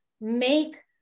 make